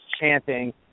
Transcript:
chanting